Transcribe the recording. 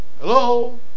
Hello